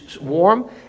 warm